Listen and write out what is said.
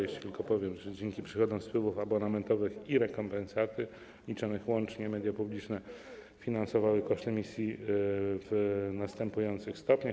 Jeszcze tylko powiem, że dzięki przychodom z wpływów abonamentowych i rekompensaty liczonych łącznie media publiczne finansowały koszt emisji w następujących stopniach.